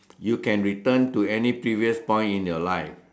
you can return to any previous point in your life